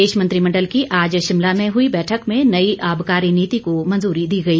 प्रदेश मंत्रिमंडल की आज शिमला में हुई बैठक में नई आबकारी नीति को मंजूरी दी गई